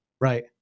Right